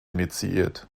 initiiert